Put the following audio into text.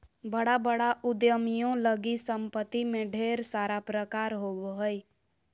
बड़ा बड़ा उद्यमियों लगी सम्पत्ति में ढेर सारा प्रकार होबो हइ